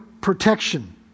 protection